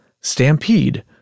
Stampede